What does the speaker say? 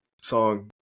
song